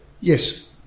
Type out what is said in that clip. Yes